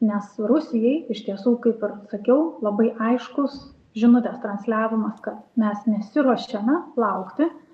nes rusijai iš tiesų kaip ir sakiau labai aiškus žinutės transliavimas kad mes nesiruošiame laukti